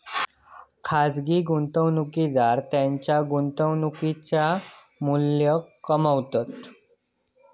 खाजगी गुंतवणूकदार त्येंच्या गुंतवणुकेचा मू्ल्य कमावतत